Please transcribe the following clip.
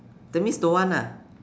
that means don't want lah